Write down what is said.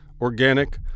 organic